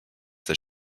that